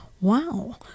Wow